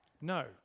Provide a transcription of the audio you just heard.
No